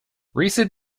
recent